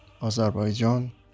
Azerbaijan